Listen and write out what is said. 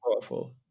powerful